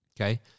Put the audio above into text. okay